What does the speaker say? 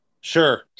Sure